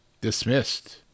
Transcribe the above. dismissed